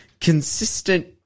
consistent